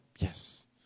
Yes